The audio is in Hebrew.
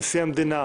נשיא המדינה,